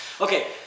Okay